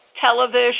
television